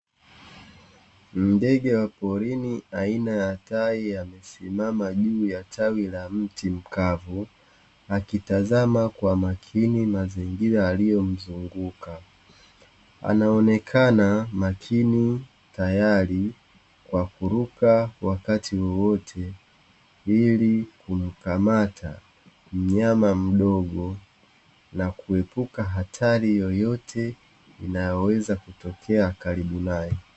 Ndege wa porini aina ya tai, amesimama juu ya tawi la mti mkavu. Akitazama kwa makini mazingira yaliyomzunguka. Anaonekana makini tayari kwa kuruka wakati wowote ili kumkamata mnyama mdogo na kuepuka hatari yoyote inayoweza kutokea karibu naye.